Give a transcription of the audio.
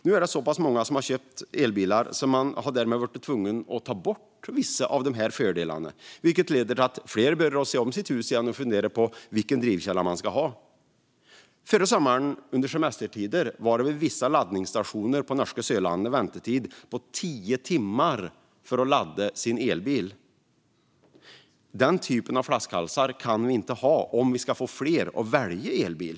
Nu är det så pass många som har köpt elbil att man har varit tvungen att ta bort vissa fördelar, vilket leder till att fler börjar se om sitt hus igen och fundera på vilken drivkälla de ska ha. Under förra sommarens semestertider var det vid vissa laddningsstationer på norska Sørlandet väntetid på tio timmar för att ladda sin elbil. Den typen av flaskhalsar kan vi inte ha om vi ska få fler att välja elbil.